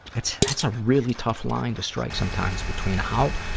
that's, that's a really tough line to strike sometimes between how,